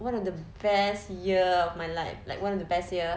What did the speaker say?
one of the best year of my life like one of the best year